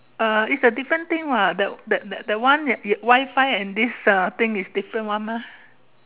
uh is a different thing what the the the one Wi-Fi and this uh thing is different one mah